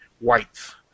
whites